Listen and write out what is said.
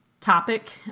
topic